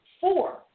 four